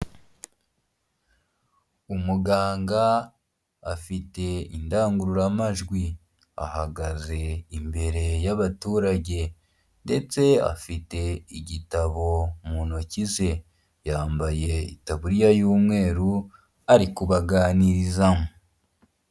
Umuganga, afite indangururamajwi, ahagaze imbere y'abaturage, ndetse afite igitabo mu ntoki ze, yambaye itaburiya y'umweru ari kubaganiriza.